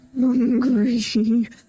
hungry